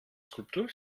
skulptur